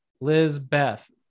Lizbeth